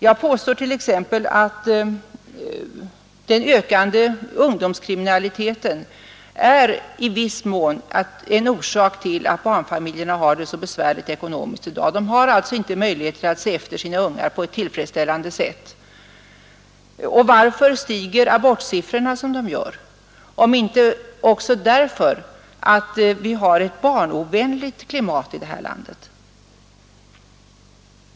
Jag påstår t.ex. att den ökande ungdomskriminaliteten är — i viss mån — en följd av att barnfamiljerna har det så besvärligt ekonomiskt i dag. De har alltså inte möjligheter att se efter sina ungar på ett tillfredsställande sätt. Och varför stiger abortsiffrorna som de gör, om inte också därför att vi har ett barnovänligt klimat här i landet?